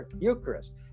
Eucharist